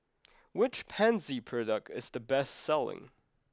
which Pansy product is the best selling